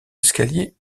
escaliers